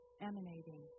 emanating